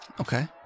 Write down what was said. Okay